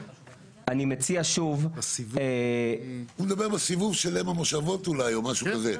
הוא מדבר בסיבוב של אם המושבות, או משהו כזה.